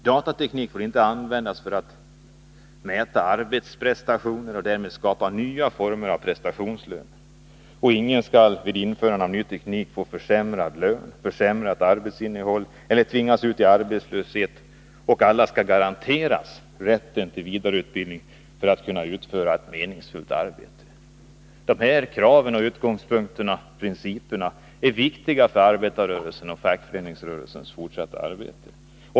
Datateknik får inte användas för att mäta arbetsprestationer och därmed skapa nya former av prestationslöner. Ingen skall vid införande av ny teknik få försämrad lön, försämrat arbetsinnehåll eller tvingas ut i arbetslöshet, och alla skall garanteras rätten till vidareutbildning för att kunna utföra ett meningsfullt arbete. De här kraven och principerna är viktiga för arbetarrörelsen och fackföreningsrörelsens fortsatta arbete.